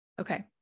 Okay